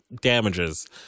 damages